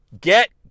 get